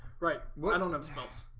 right well, i don't have smokes,